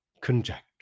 conjecture